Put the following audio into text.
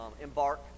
embark